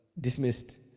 Dismissed